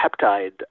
peptide